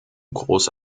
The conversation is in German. große